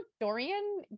dorian